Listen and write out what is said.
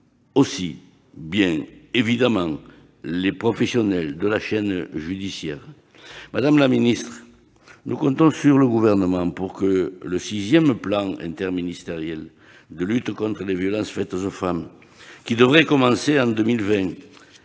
aussi, bien évidemment, les professionnels de la chaîne judiciaire. Madame la secrétaire d'État, nous comptons sur le Gouvernement pour que le sixième plan interministériel de lutte contre les violences faites aux femmes, qui devrait commencer en 2020,